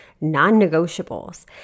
non-negotiables